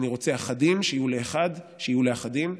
אני רוצה אחדים שיהיו לאחד שיהיו לאחדים.